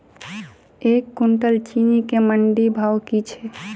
एक कुनटल चीनी केँ मंडी भाउ की छै?